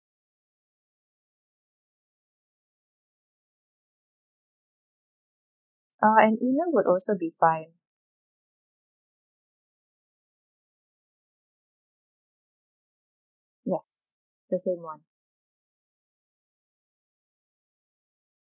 uh an email would also be fine yes the same one